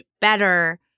better